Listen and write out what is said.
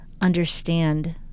understand